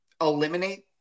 eliminate